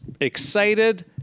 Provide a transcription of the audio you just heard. excited